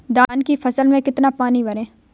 धान की फसल में कितना पानी भरें?